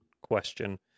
question